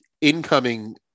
incoming